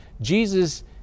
Jesus